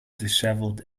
dishevelled